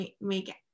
make